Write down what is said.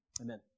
Amen